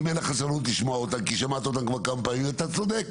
ואם אין לך סבלנות לשמוע אותם כי שמעת אותם כבר כמה פעמים אתה צודק,